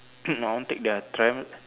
I want take their tram